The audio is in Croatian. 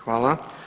Hvala.